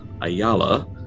Ayala